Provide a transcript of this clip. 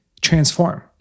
transform